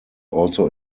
also